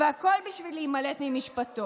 והכול בשביל להימלט ממשפטו.